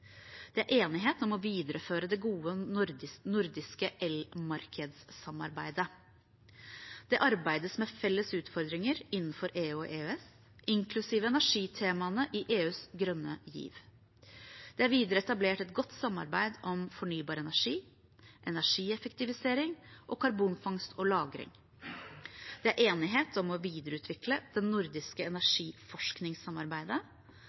enighet om å videreføre det gode nordiske elmarkedssamarbeidet. Det arbeides med felles utfordringer innenfor EU/EØS, inklusive energitemaene i EUs grønne giv. Det er videre etablert et godt samarbeid om fornybar energi, energieffektivisering og karbonfangst og lagring. Det er enighet om å videreutvikle det nordiske